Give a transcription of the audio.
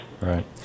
right